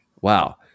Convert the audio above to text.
Wow